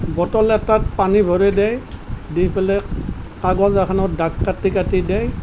bottle এটাত পানী ভৰাই দিয়ে দি পেলাই কাগজ এখনত দাগ কাটি কাটি দিয়ে